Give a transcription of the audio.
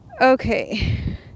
Okay